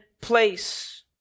place